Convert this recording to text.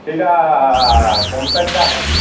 ସେଇଟା କମ୍ପାନୀଟା